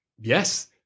yes